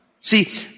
See